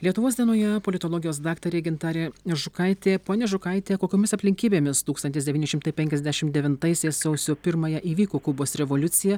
lietuvos dienoje politologijos daktarė gintarė žukaitė ponia žukaite kokiomis aplinkybėmis tūkstantis devyni šimtai penkiasdešim devintaisiais sausio pirmąją įvyko kubos revoliucija